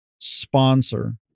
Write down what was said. sponsor